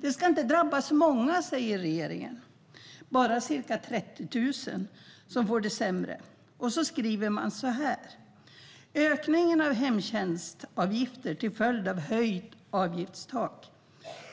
Det ska inte drabba så många, säger regeringen, bara ca 30 000 som får det sämre. Sedan skriver man så här: Ökningen av hemtjänstavgifter till följd av höjt avgiftstak